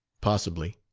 possibly.